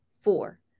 Four